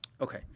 Okay